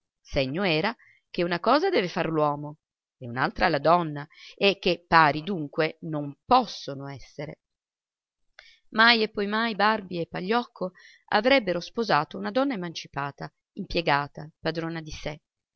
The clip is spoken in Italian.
segno era che una cosa deve far l'uomo e un'altra la donna e che pari dunque non possono essere mai e poi mai barbi e pagliocco avrebbero sposato una donna emancipata impiegata padrona di sé